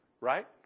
Right